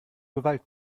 gewalt